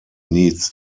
needs